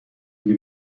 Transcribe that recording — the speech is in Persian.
میدی